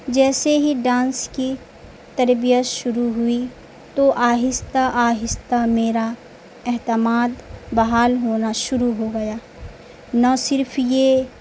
جیسے ہی ڈانس کی تربیت شروع ہوئی تو آہستہ آہستہ میرا اعتماد بحال ہونا شروع ہو گیا نہ صرف یہ